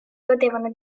godevano